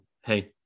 hey